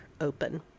open